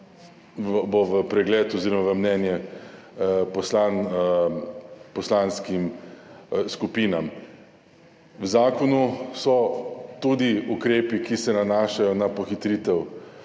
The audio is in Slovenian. v pregled oziroma v mnenje poslanskim skupinam. V zakonu so tudi ukrepi, ki se nanašajo na pohitritev